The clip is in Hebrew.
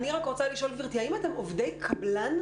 גברתי, האם אתם עובדי קבלן?